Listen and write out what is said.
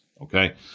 okay